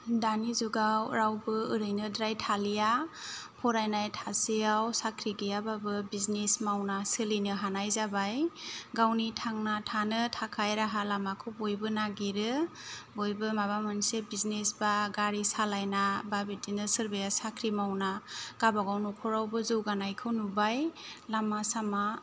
दानि जुगाव रावबो ओरैनोद्राय थालिया फरायनाय थासेयाव साख्रि गैयाबाबो बिजनेस मावना सोलिनो हानाय जाबाय गावनि थांना थानो थाखाय राहा लामाखौ बयबो नागिरो बयबो माबा मोनसे बिजनेस बा गारि सालायना बा बिदिनो सोरबाया साख्रि मावना गावबागाव नख'रावबो जौगानायखौ नुबाय लामा सामा